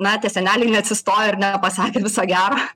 na tie seneliai neatsistojo ir nepasakė viso gero